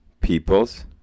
people's